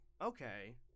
okay